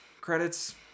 credits